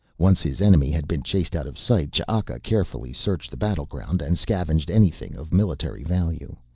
once his enemy had been chased out of sight ch'aka carefully searched the battleground and scavenged anything of military value.